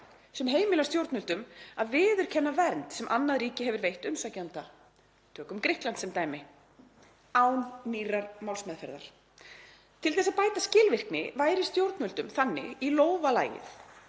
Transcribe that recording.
sem heimilar stjórnvöldum að viðurkenna vernd sem annað ríki hefur veitt umsækjanda — tökum Grikkland sem dæmi — án nýrrar málsmeðferðar. Til að bæta skilvirkni væri stjórnvöldum þannig í lófa lagið